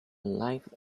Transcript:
life